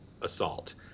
assault